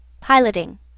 piloting